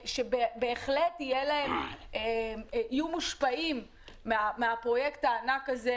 שבהחלט יהיו מושפעים מהפרויקט הענק הזה.